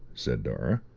said dora,